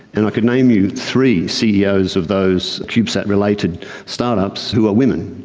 and i could name you three ceos of those cubesat-related start-ups who are women.